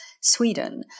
Sweden